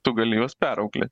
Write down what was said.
tu gali juos perauklėt